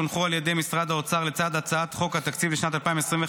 שהונחו על ידי משרד האוצר לצד הצעת חוק התקציב לשנת 2025,